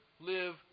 live